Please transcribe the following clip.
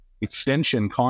extension